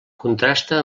contrasta